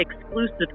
exclusive